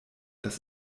das